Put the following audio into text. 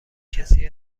کسی